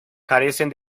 carecen